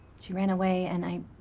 she ran away, and i